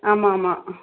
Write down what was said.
ஆமாம் ஆமாம்